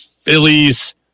Phillies